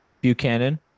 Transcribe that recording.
Buchanan